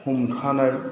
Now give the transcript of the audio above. हमथानाय